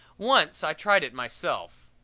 once i tried it myself.